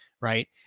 Right